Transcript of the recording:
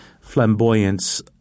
flamboyance